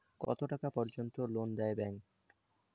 কত টাকা পর্যন্ত লোন দেয় ব্যাংক?